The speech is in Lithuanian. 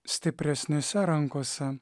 stipresnėse rankose